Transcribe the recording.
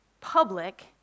public